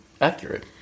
accurate